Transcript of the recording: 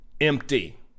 empty